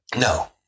No